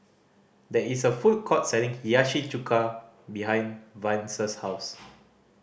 there is a food court selling Hiyashi Chuka behind Vance's house